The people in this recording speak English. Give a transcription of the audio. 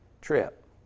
trip